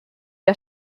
der